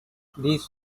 this